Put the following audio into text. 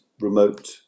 remote